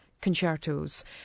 concertos